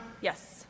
Yes